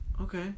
okay